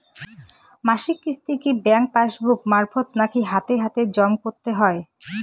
মাসিক কিস্তি কি ব্যাংক পাসবুক মারফত নাকি হাতে হাতেজম করতে হয়?